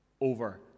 over